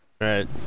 Right